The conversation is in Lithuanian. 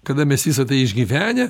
kada mes visa tai išgyvenę